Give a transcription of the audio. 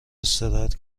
استراحت